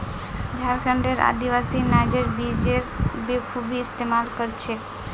झारखंडेर आदिवासी नाइजर बीजेर बखूबी इस्तमाल कर छेक